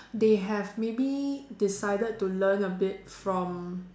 they have maybe decided to learn a bit from